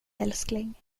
älskling